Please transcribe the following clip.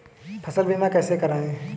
फसल बीमा कैसे कराएँ?